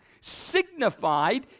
signified